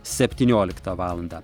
septynioliktą valandą